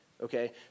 Okay